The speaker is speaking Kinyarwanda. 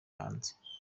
hanze